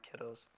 kiddos